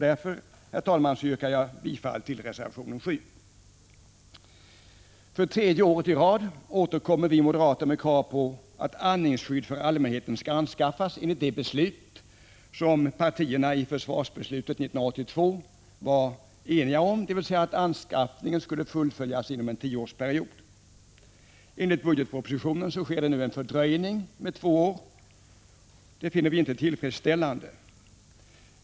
Därför, herr talman, yrkar jag bifall till reservation 7. För tredje året i rad återkommer vi moderater med krav på att andningsskydd för allmänheten skall anskaffas enligt det beslut som partierna i försvarsbeslutet 1982 var eniga om, dvs. att anskaffningen skulle fullföljas inom en tioårsperiod. Enligt budgetpropositionen sker en fördröjning med 65 två:år. Det finner vi inte tillfredsställande.